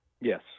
Yes